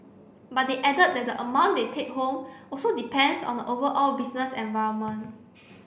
but they added that the amount they take home also depends on the overall business environment